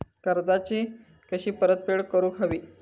कर्जाची कशी परतफेड करूक हवी?